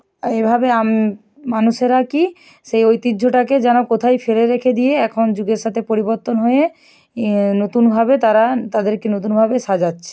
এইভাবে মানুষেরা কি সেই ঐতিহ্যটাকে যেন কোথায় ফেলে রেখে দিয়ে এখন যুগের সাথে পরিবর্তন হয়ে নতুনভাবে তারা তাদেরকে নতুনভাবে সাজাচ্ছে